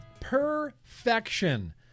Perfection